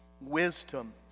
wisdom